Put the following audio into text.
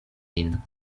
lin